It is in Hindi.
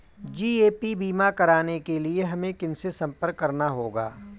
जी.ए.पी बीमा कराने के लिए हमें किनसे संपर्क करना होगा?